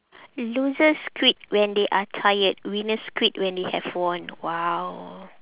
losers quit when they are tired winners quit when they have won !wow!